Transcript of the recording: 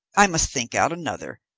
i must think out another,